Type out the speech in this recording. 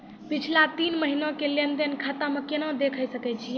पिछला तीन महिना के लेंन देंन खाता मे केना देखे सकय छियै?